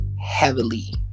heavily